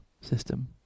system